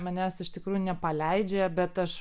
manęs iš tikrųjų nepaleidžia bet aš